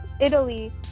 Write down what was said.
Italy